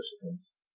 participants